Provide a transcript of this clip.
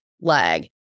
leg